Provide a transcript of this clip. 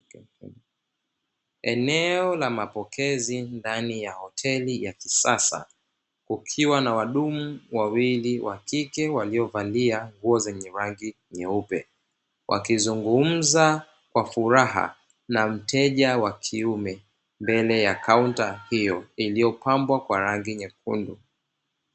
Eneo la mapokezi ndani ya hoteli ya kisasa, kukiwa na wahudumu wawili wa kike waliovalia nguo zenye rangi nyeupe; wakizungumza kwa furaha na mteja wakiume mbele ya kaunta hio, iliyopambwa kwa rangi nyekundu.